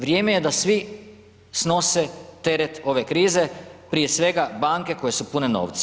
Vrijeme je da svi snose teret ove krize, prije svega banke koje su pune novca.